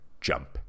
jump